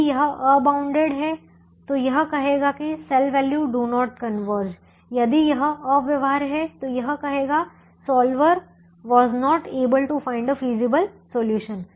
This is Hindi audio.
यदि यह अनबाउंडैड है तो यह कहेगा कि cell value do not converge यदि यह अव्यवहार्य है तो यह कहेगा solver was not able to find feasible solution